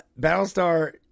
Battlestar